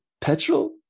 petrol